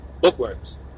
bookworms